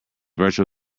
virtual